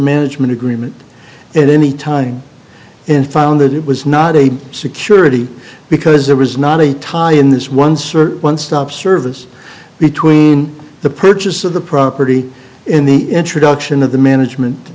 management agreement in any time and found that it was not a security because there was not a tie in this one certain stop service between the purchase of the property in the introduction of the management